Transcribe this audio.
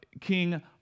king